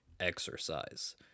exercise